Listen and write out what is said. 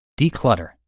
declutter